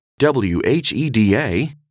WHEDA